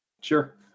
Sure